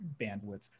bandwidth